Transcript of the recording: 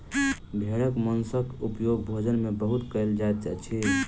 भेड़क मौंसक उपयोग भोजन में बहुत कयल जाइत अछि